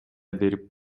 берип